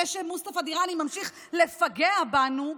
אחרי שמוסטפא דיראני ממשיך לפגע בנו,